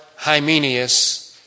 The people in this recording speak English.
Hymenius